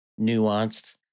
nuanced